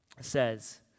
says